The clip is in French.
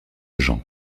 jean